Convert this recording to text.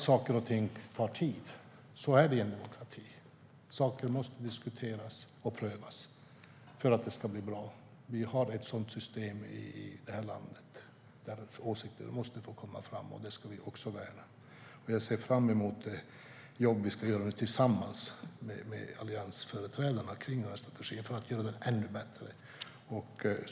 Saker och ting tar tid; så är det i en demokrati. Saker måste diskuteras och prövas för att det ska bli bra. Vi har ett sådant system i det här landet. Åsikter måste få komma fram. Detta ska vi värna. Jag ser fram emot det jobb vi ska göra tillsammans med alliansföreträdarna för att göra den här strategin ännu bättre.